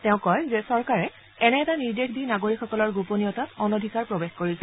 তেওঁ কয় যে চৰকাৰে এনে এটা নিৰ্দেশ দি নাগৰিকসকলৰ গোপনীয়তাত অনধিকাৰ প্ৰৱেশ কৰিছে